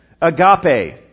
Agape